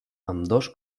ambdós